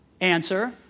Answer